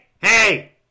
hey